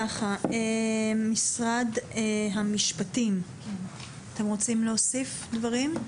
משרד המשפטים, אתם רוצי להוסיף דברים?